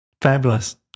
fabulous